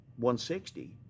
160